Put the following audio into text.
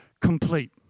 complete